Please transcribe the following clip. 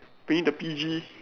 we need to P_G